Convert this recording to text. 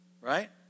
Right